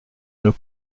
nos